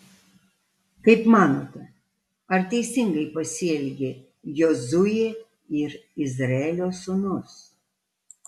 kaip manote ar teisingai pasielgė jozuė ir izraelio sūnus